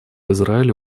израилю